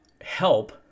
help